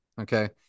Okay